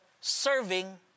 serving